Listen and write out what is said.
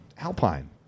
Alpine